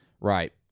Right